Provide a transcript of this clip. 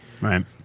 Right